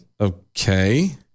Okay